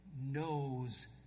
Knows